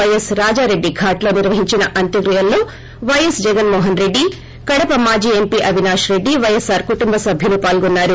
పైఎస్ రాజారెడ్డి ఘాట్లో నిర్వహించిన అంత్యక్రేయలకు పైఎస్ జగన్మోహన్రెడ్డి కడప మాజీ ఎంపీ అవినాష్ రెడ్డి పైఎస్సార్ కుటుంబ సభ్యులు పాల్గొన్నారు